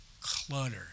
clutter